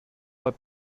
pas